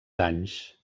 anys